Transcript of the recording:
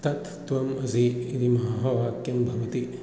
तत् त्वम् असि इति महावाक्यं भवति